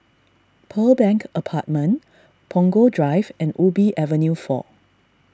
Pearl Bank Apartment Punggol Drive and Ubi Avenue four